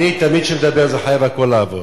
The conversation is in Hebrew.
תמיד כשאני מדבר הכול חייב לעבוד,